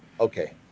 Okay